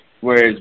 whereas